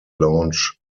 launch